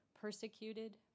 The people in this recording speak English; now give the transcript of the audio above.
persecuted